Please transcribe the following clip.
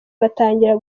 batangira